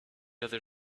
other